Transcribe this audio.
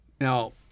Now